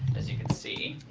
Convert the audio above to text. as you can see,